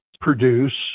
produce